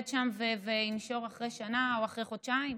שם והוא ינשור אחרי שנה או אחרי חודשיים?